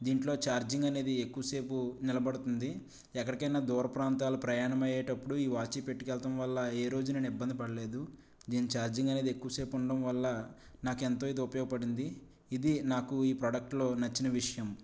దీంట్లో చార్జింగ్ అనేది ఎక్కువసేపు నిలబడుతుంది ఎక్కడికైనా దూరప్రాంతాలు ప్రయాణం అయ్యేటప్పుడు ఈ వాచి పెట్టుకోవడం వల్ల ఏ రోజు నేను ఇబ్బంది పడలేదు నేను చార్జింగ్ అనేది ఎక్కువ సేపు ఉండటం వల్ల నాకు ఎంతో ఇది ఉపయోగపడింది ఇది నాకు ఈ ప్రోడక్ట్ లో నచ్చిన విషయం